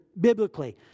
biblically